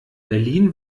berlin